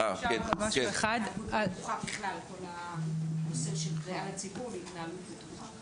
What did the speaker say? אני עוד לא בטוחה בכלל לגבי כל הנושא של קריאה לציבור להתנהלות בטוחה.